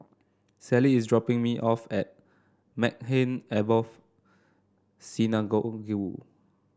Sally is dropping me off at Maghain Aboth Synagogue